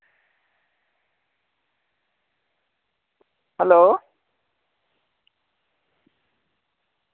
hello